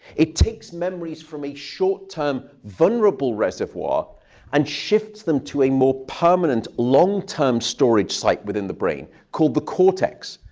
it takes memories from a short-term, vulnerable reservoir and shifts them to a more permanent, long-term storage site within the brain called the cortex,